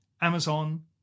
Amazon